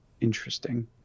interesting